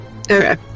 Okay